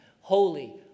holy